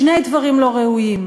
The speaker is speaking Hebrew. שני דברים לא ראויים: